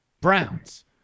Browns